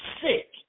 sick